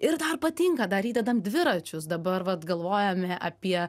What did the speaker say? ir dar patinka dar įdedam dviračius dabar vat galvojame apie